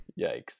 yikes